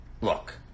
Look